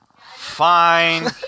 Fine